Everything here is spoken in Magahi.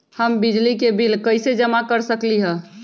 हम बिजली के बिल कईसे जमा कर सकली ह?